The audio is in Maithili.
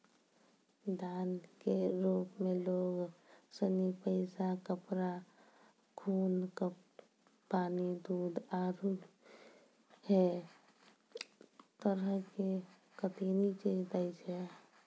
दान के रुप मे लोग सनी पैसा, कपड़ा, खून, पानी, दूध, आरु है तरह के कतेनी चीज दैय छै